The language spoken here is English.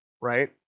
right